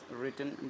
written